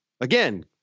Again